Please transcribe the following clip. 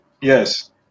yes